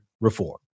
reform